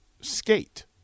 skate